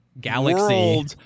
galaxy